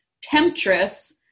temptress